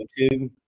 YouTube